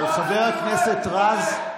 אבל חבר הכנסת רז,